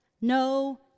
no